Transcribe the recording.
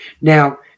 Now